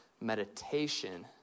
meditation